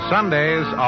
Sundays